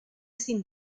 sin